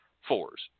fours